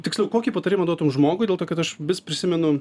tiksliau kokį patarimą duotum žmogui dėl to kad aš vis prisimenu